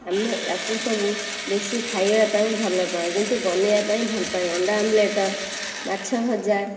ଆମେ ୟାକୁ ସବୁ ବେଶୀ ଖାଇବା ପାଇଁ ଭଲ ପାଉ କିନ୍ତୁ ବନାଇବା ପାଇଁ ଭଲ ପାଏ ଅଣ୍ଡା ଆମ୍ଲେଟ ମାଛ ଭଜା